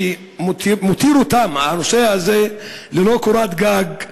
שהדבר הזה מותיר אותן ללא קורת גג,